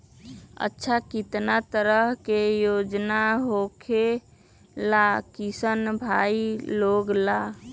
अच्छा कितना तरह के योजना होखेला किसान भाई लोग ला?